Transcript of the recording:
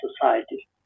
society